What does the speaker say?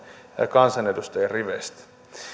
kansanedustajien riveistä